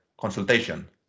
consultation